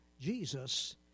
Jesus